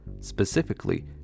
specifically